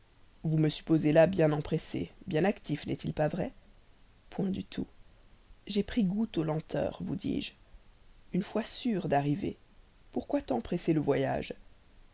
vous me supposez là bien empressé bien actif n'est-il pas vrai point du tout j'ai pris goût aux lenteurs vous dis-je une fois sûr d'arriver pourquoi tant presser le voyage